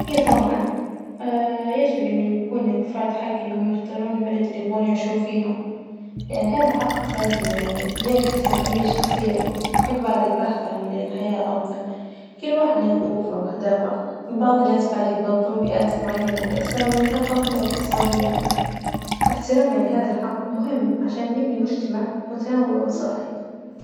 إيه طبعا يجب إنه يكون للأفراد حج إنهم يختارون البلد اللي يبغون يعيشون فيها، يعني هذا حق أساسي يعني يعكس الحرية الشخصية، وحج بعد البحث عن الحياة أفضل، كل واحد له ظروفه وأهدافه، وبعض الناس بعد يفضلون بيئات معينة لأسباب يعني ثقافية وإقتصادية، إحترام يعني هذا الحق مهم عشان نبني مجتمع متنوع وصحي.